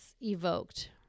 evoked